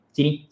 Sini